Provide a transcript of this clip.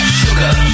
sugar